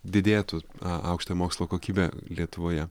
didėtų aukštojo mokslo kokybė lietuvoje